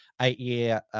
eight-year